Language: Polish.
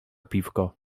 piwko